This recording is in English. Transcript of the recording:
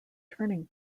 turning